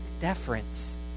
deference